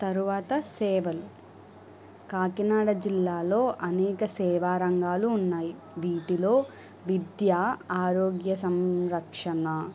తరువాత సేవలు కాకినాడ జిల్లాలో అనేక సేవా రంగాలు ఉన్నాయి వీటిలో విద్య ఆరోగ్య సంరక్షణ